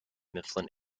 mifflin